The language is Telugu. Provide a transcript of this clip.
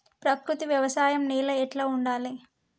ప్రకృతి వ్యవసాయం నేల ఎట్లా ఉండాలి?